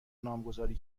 نامگذاری